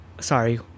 sorry